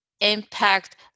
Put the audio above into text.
impact